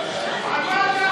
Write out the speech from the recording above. נא לשבת.